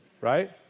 right